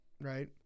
right